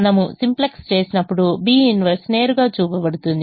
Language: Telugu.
మనము సింప్లెక్స్ చేసినప్పుడు B 1 నేరుగా చూపబడుతుంది